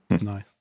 Nice